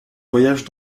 voyage